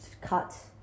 Cut